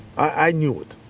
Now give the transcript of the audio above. i knew it.